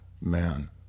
Man